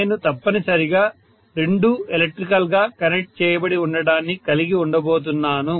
నేను తప్పనిసరిగా రెండూ ఎలక్ట్రికల్ గా కనెక్ట్ చేయబడి ఉండడాన్ని కలిగి ఉండబోతున్నాను